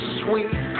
sweet